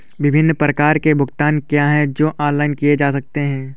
विभिन्न प्रकार के भुगतान क्या हैं जो ऑनलाइन किए जा सकते हैं?